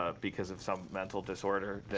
ah because of some mental disorder.